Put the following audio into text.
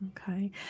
Okay